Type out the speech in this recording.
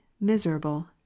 miserable